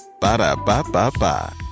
Ba-da-ba-ba-ba